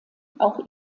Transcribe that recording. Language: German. auch